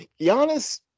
Giannis